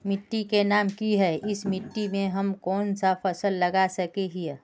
मिट्टी के नाम की है इस मिट्टी में हम कोन सा फसल लगा सके हिय?